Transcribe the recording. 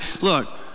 look